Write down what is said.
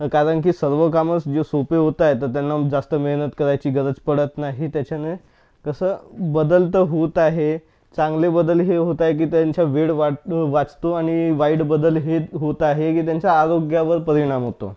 कारण की सर्व कामं जे सोपी होत आहेत तर त्यांना जास्त मेहनत करायची गरज पडत नाही त्याच्याने कसं बदल तर होतं आहे चांगले बदल ही होत आहे की त्यांचा वेळ वाढ वाचतो आणि वाईट बदल हे होत आहे की त्यांच्या आरोग्यावर परिणाम होतो